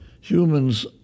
humans